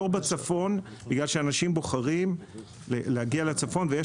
התור בצפון כי אנשים בוחרים להגיע לצפון ויש